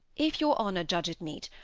if your honour judge it meet,